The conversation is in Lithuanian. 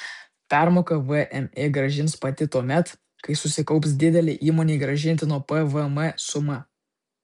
permoką vmi grąžins pati tuomet kai susikaups didelė įmonei grąžintino pvm suma